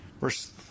verse